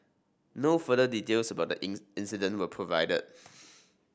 no further details about the in incident were provided